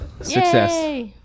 success